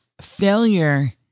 failure